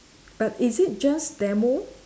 but is it just demo